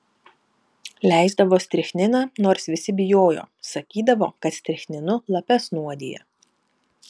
leisdavo strichniną nors visi bijojo sakydavo kad strichninu lapes nuodija